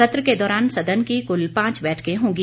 सत्र के दौरान सदन की कुल पांच बैठकें होंगी